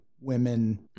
Women